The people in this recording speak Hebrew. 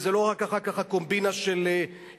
וזה לא רק אחר כך הקומבינה של אילטוב,